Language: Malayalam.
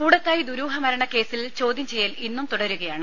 കൂടത്തായ് ദുരൂഹമരണ കേസിൽ ചോദ്യം ചെയ്യൽ ഇന്നും തുടരുകയാണ്